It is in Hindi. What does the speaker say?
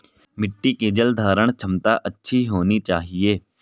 मिट्टी की जलधारण क्षमता अच्छी होनी चाहिए